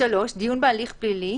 (3)דיון בהליך פלילי